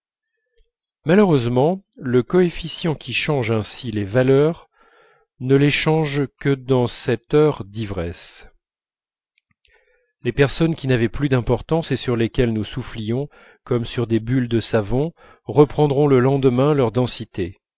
malheureusement le coefficient qui change ainsi les valeurs ne les change que dans cette heure d'ivresse les personnes qui n'avaient plus d'importance et sur lesquelles nous soufflions comme sur des bulles de savon reprendront le lendemain leur densité